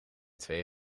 twee